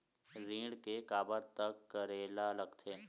ऋण के काबर तक करेला लगथे?